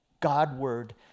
God-word